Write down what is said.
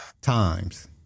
times